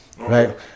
right